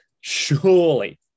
surely